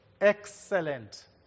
Excellent